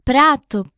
Prato